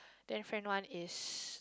then friend one is